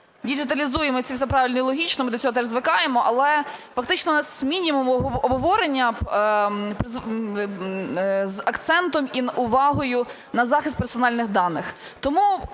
діджиталізуємо, це все правильно і логічно, ми до цього теж звикаємо, але фактично у нас мінімум обговорення з акцентом і увагою на захист персональних даних.